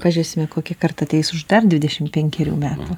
pažiūrėsime kokia karta ateis už dar dvidešimt penkerių metų